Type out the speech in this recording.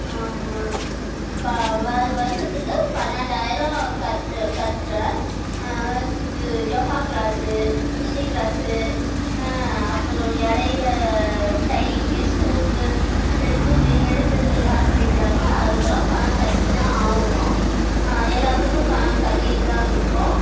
இப்போ வ வருஷசத்துக்கு பன்னெண்டாயிரம் கட்டுற கட்டுறன் யோகா கிளாஸ்சு ஹிந்தி கிளாஸ்சு அப்புறம் இடையில் டைக்கு ஸுவுக்கு டிரஸ்சுக்கு எது எதுக்கு காசு கேட்குறாங்களோ அதுக்கெல்லாம் பணம் கட்டிதான் ஆகணும் எல்லாத்துக்கும் பணம் கட்டிட்டுதான் இருக்கோம்